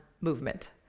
movement